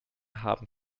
haben